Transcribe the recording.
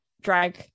drag